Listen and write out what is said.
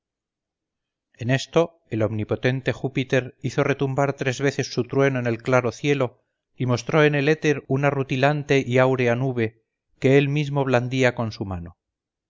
en esto el omnipotente júpiter hizo retumbar tres veces su trueno en el claro cielo y mostró en el éter una rutilante y áurea nube que él mismo blandía con su mano